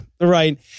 right